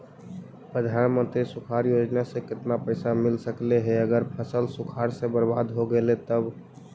प्रधानमंत्री सुखाड़ योजना से केतना पैसा मिल सकले हे अगर फसल सुखाड़ से बर्बाद हो गेले से तब?